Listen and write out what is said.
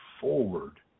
forward